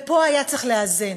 פה היה צריך לאזן.